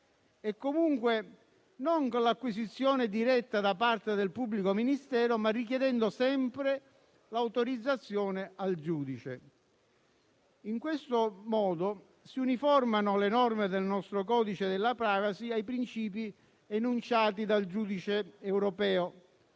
e, comunque, non con l'acquisizione diretta da parte del pubblico ministero, ma richiedendo sempre l'autorizzazione al giudice. In questo modo si uniformano le norme del nostro codice della *privacy* ai principi enunciati dal giudice europeo.